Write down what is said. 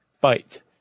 bite